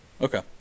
Okay